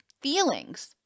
feelings